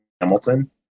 Hamilton